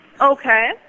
Okay